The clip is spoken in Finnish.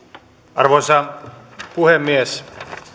arvoisa puhemies